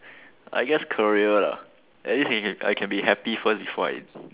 I guess career lah at least I can be happy first before I